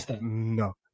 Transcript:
no